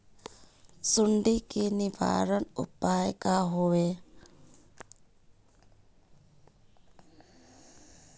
सुंडी के निवारण उपाय का होए?